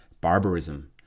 barbarism